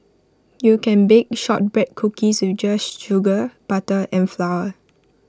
you can bake Shortbread Cookies with just sugar butter and flour